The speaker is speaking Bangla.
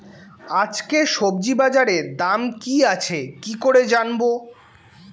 আজকে সবজি বাজারে দাম কি আছে কি করে জানবো?